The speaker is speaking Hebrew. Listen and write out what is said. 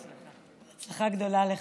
יריב, בהצלחה גדולה לך.